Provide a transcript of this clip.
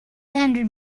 hundred